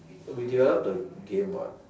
we developed a game [what]